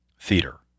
theater